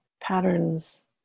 patterns